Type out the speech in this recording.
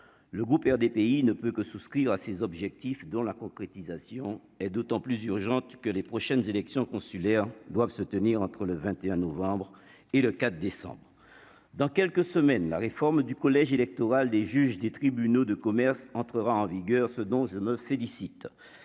un des pays ne peut que souscrire à ces objectifs dont la concrétisation est d'autant plus urgente que les prochaines élections consulaires doivent se tenir entre le 21 novembre et le 4 décembre dans quelques semaines, la réforme du collège électoral des juges des tribunaux de commerce, entrera en vigueur, ce dont je me félicite